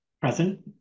Present